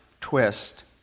twist